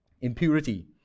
impurity